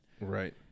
Right